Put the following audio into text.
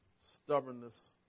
stubbornness